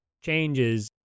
changes